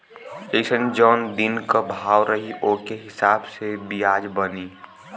जइसन जौन दिन क भाव रही ओके हिसाब से बियाज बनी